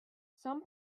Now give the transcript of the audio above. some